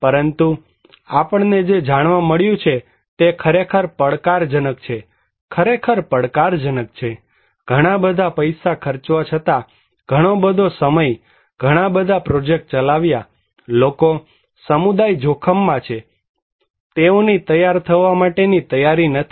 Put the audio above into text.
પરંતુ આપણને જે જાણવા મળ્યું છે તે ખરેખર પડકારજનક છે ખરેખર પડકારજનક છે ઘણા બધા પૈસા ખર્ચવા છતાં ઘણો બધો સમય ઘણા બધા પ્રોજેક્ટ ચલાવ્યા લોકોસમુદાય જોખમમાં છે તેઓની તૈયાર થવા માટેની તૈયારી નથી